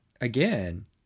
again